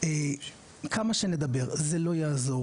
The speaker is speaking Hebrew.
כמה שנדבר זה לא יעזור,